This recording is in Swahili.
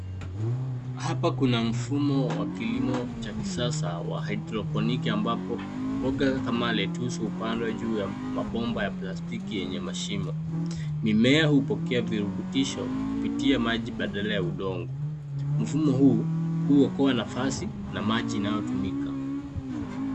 Hapa kuna mfumo wa kilimo cha kisasa wa haidroponiki ambapo mboga kama lettuce hupandwa juu ya mabomba ya plastiki yenye mashimo . Mimea hupokea virubutisho kupita maji badala ya udongo. Mfomo huu huokoa nafasi na maji inayotumika.